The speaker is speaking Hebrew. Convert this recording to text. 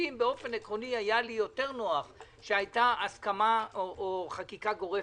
עקרונית היה לי יותר נוח שהיתה הסכמה או חקיקה גורפת.